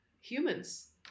humans